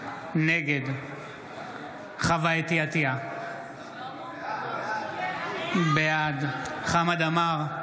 נגד חוה אתי עטייה, בעד חמד עמאר,